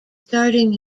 starting